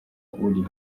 uri